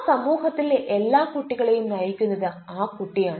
ആ സമൂഹത്തിലെ എല്ലാ കുട്ടികളെയും നയിക്കുന്നത് ആ കുട്ടിയാണ്